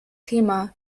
thema